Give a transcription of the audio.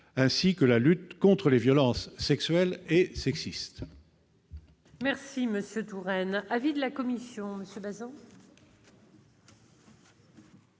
ainsi que la lutte contre les violences sexuelles et sexistes.